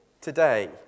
today